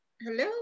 Hello